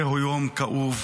זהו יום כאוב,